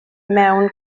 mewn